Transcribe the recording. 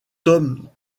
ton